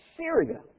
Syria